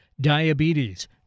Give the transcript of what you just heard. diabetes